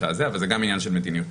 אבל זה גם עניין של מדיניות.